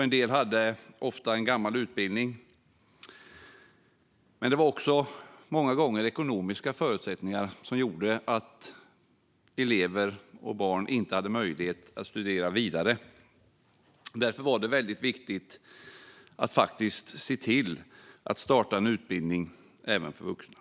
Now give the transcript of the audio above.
En del hade ofta en gammal utbildning, men det var också många gånger ekonomiska förutsättningar som gjorde att unga elever inte hade möjlighet att studera vidare. Därför var det väldigt viktigt att se till att starta en utbildning även för vuxna.